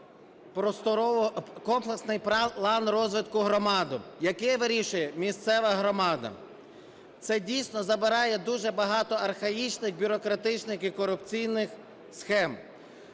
комплексний план розвитку громади, який вирішує місцева громада. Це, дійсно, забирає дуже багато архаїчних, бюрократичних і корупційних схем.